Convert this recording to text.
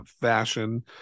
fashion